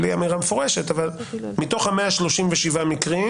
בלי אמירה מפורשת, מתוך 137 המקרים